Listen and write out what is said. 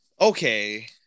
okay